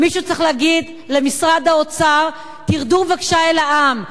מישהו צריך להגיד למשרד האוצר: תרדו בבקשה אל העם.